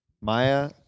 Maya